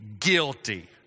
guilty